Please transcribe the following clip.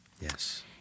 Yes